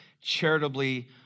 charitably